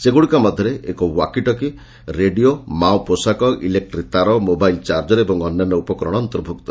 ସେଗୁଡ଼ିକ ମଧ୍ଧରେ ଏକ ଓ୍ୱାକିଟକି ରେଡିଓ ମାଓ ପୋଷାକ ଇଲେକ୍କି ତାର ମୋବାଇଲ୍ ଚାର୍ଜର ଏବଂ ଅନ୍ୟାନ୍ୟ ଉପକରଣ ଅନ୍ତର୍ଭୁକ୍ତ